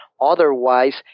Otherwise